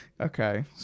Okay